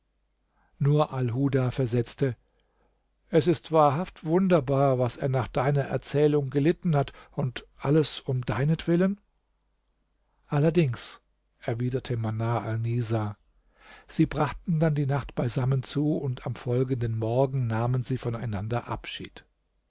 nur alhuda versetzte es ist wahrhaft wunderbar was er nach deiner erzählung gelitten hat und alles um deinetwillen allerdings erwiderte manar alnisa sie brachten dann die nacht beisammen zu und am folgenden morgen nahmen sie voneinander abschied